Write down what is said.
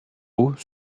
haut